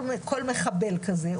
כל מחבל כזה,